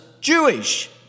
Jewish